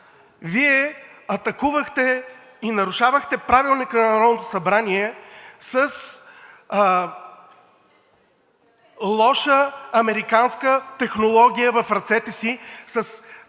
Вие атакувахте и нарушавахте Правилника на Народното събрание с лоша американска технология в ръцете си –